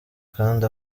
kandi